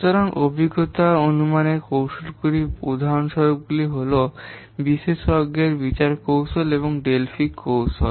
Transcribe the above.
সুতরাং অভিজ্ঞতা অনুমানের কৌশলগুলির উদাহরণগুলি হল বিশেষজ্ঞের বিচারের কৌশল এবং ডেলফি কৌশল